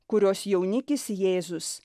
kurios jaunikis jėzus